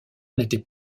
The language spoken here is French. n’était